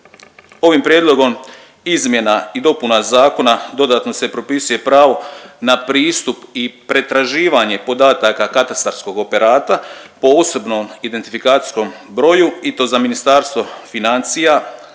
Ovim prijedlogom izmjena i dopuna zakona dodatno se propisuje pravo na pristup i pretraživanje podataka katastarskog operata po osobnom identifikacijskom broju i to za Ministarstvo financija,